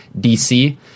DC